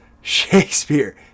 Shakespeare